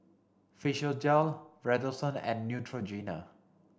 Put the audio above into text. Physiogel Redoxon and Neutrogena